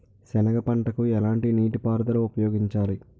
సెనగ పంటకు ఎలాంటి నీటిపారుదల ఉపయోగించాలి?